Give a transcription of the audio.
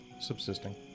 Subsisting